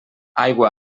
aigua